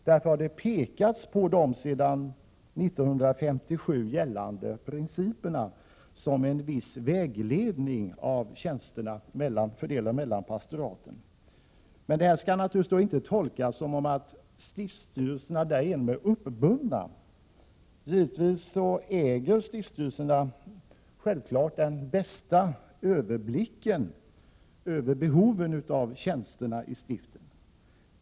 Därför har utskottet pekat på de sedan 1957 gällande principerna som en viss vägledning i fördelningen av tjänster mellan pastoraten. Det skall dock inte tolkas så att stiftsstyrelserna därigenom är uppbundna. Givetvis äger stiftsstyrelserna den bästa överblicken över behoven vad gäller tjänsterna i stiftet.